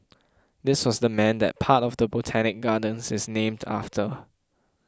this was the man that part of the Botanic Gardens is named after